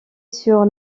sur